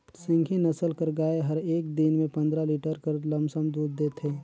सिंघी नसल कर गाय हर एक दिन में पंदरा लीटर कर लमसम दूद देथे